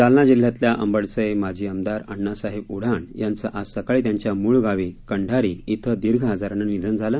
जालना जिल्ह्यातल्या अंबडचे माजी आमदार अण्णासाहेब उढान यांचं आज सकाळी त्यांच्या मूळ गावी कंडारी इथं दीर्घ आजारानं निधन झालं